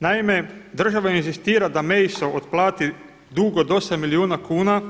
Naime, država inzistira da MEISO otplati dug od 8 milijuna kuna